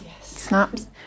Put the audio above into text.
snaps